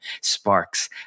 sparks